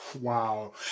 wow